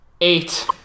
Eight